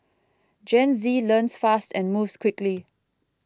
Gen Z learns fast and moves quickly